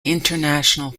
international